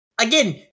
again